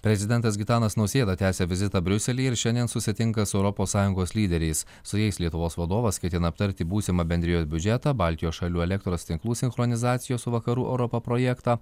prezidentas gitanas nausėda tęsia vizitą briuselyje ir šiandien susitinka su europos sąjungos lyderiais su jais lietuvos vadovas ketina aptarti būsimą bendrijos biudžetą baltijos šalių elektros tinklų sinchronizacijos su vakarų europa projektą